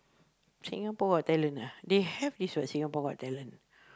Singapore's-Got-Talent ah they have this what Singapore's-Got-Talent